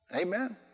Amen